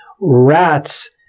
Rats